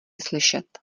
slyšet